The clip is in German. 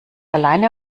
alleine